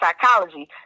Psychology